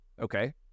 Okay